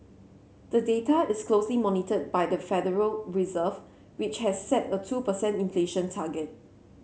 the data is closely monitored by the Federal Reserve which has set a two per cent inflation target